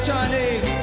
Chinese